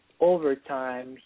overtime